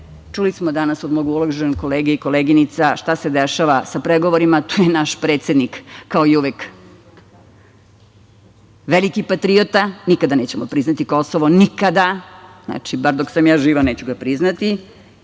smo danas od mog uvaženog kolege i koleginica šta se dešava pregovorima. To je naš predsednik, kao i uvek, veliki patriota. Nikada nećemo priznati Kosovo, nikada, znači, bar dok sam ja živa neću ga priznati.